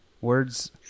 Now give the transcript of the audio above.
Words